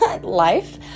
life